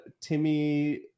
Timmy